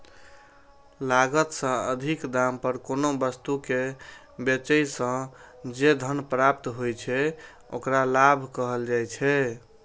लागत सं अधिक दाम पर कोनो वस्तु कें बेचय सं जे धन प्राप्त होइ छै, ओकरा लाभ कहल जाइ छै